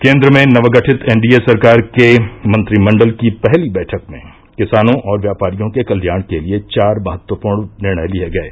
केन्द्र में नवगठित एनडीए सरकार के मंत्रिमंडल की पहली बैठक में किसानों और व्यापारियों के कल्याण के लिए चार महत्वपूर्ण निर्णय लिये गये